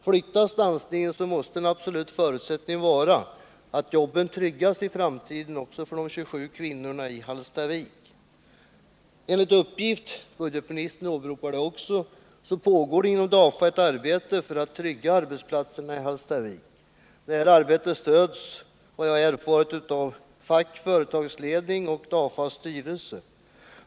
Om stansningen flyttas, så måste en absolut förutsättning vara att jobben tryggas i framtiden också för de 27 kvinnorna i Hallstavik. Såsom budgetministern nämnde pågår inom DAFA ett arbete för att trygga sysselsättningen i Hallstavik. Detta arbete stöds enligt vad jag erfarit av fack, myndighetsledning och styrelse.